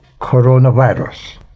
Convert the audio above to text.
coronavirus